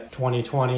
2020